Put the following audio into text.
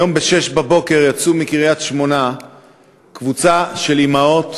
היום ב-06:00 יצאו מקריית-שמונה קבוצה של אימהות